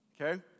Okay